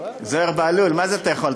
זוהיר בהלול, מה זה אתה יכול?